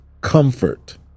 comfort